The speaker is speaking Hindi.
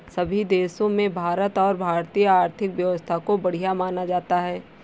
सभी देशों में भारत और भारतीय आर्थिक व्यवस्था को बढ़िया माना जाता है